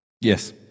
Yes